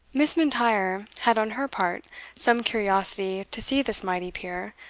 miss m'intyre had on her part some curiosity to see this mighty peer,